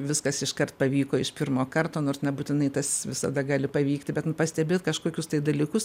viskas iškart pavyko iš pirmo karto nors nebūtinai tas visada gali pavykti bet nu pastebėt kažkokius tai dalykus